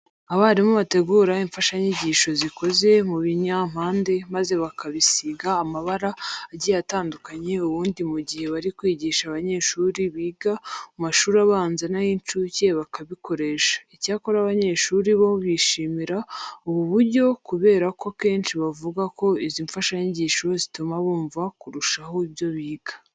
Abarimu bategura imfashanyigisho zikoze mu binyampande, maze bakabisiga amabara agiye atandukanye ubundi mu gihe bari kwigisha abanyeshuri biga mu mashuri abanza n'ay'incuke bakabikoresha. Icyakora, abanyeshuri bo bishimira ubu buryo kubera ko akenshi bavuga ko izi mfashanyigisho zituma bumva kurushaho ibyo biga.